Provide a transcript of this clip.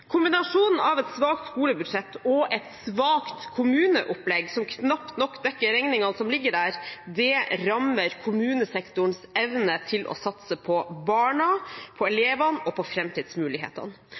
Kombinasjonen av et svakt skolebudsjett og et svakt kommuneopplegg, som knapt nok dekker regningene som ligger der, rammer kommunesektorens evne til å satse på barna,